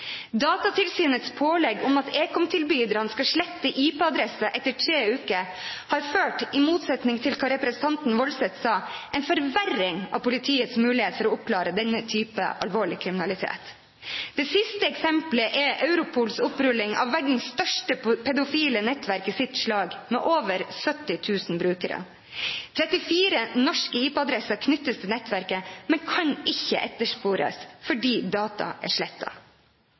Datatilsynets pålegg om at ekomtilbyderne skal slette IP-adresser etter tre uker, har, i motsetning til hva representanten Woldseth sa, ført til en forverring av politiets mulighet for å oppklare denne typen alvorlig kriminalitet. Det siste eksempelet er Europols opprulling av verdens største pedofile nettverk i sitt slag med over 70 000 brukere. 34 norske IP-adresser knyttes til nettverket, men kan ikke etterspores fordi data er